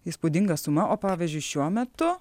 įspūdinga suma o pavyzdžiui šiuo metu